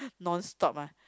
non stop ah